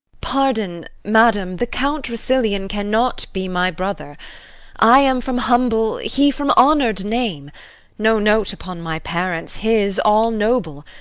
pardon, madam. the count rousillon cannot be my brother i am from humble, he from honoured name no note upon my parents, his all noble.